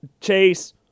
Chase